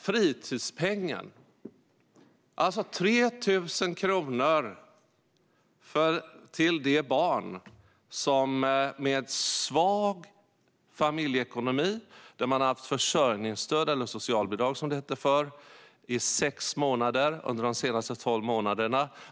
Fritidspengen uppgick till 3 000 kronor till barn i klass 4-9 med svag familjeekonomi - de hade haft försörjningsstöd, eller socialbidrag som det hette förr, under sex månader av de senaste tolv månaderna.